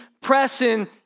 pressing